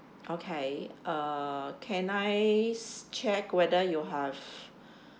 okay uh can I check whether you have